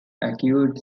acute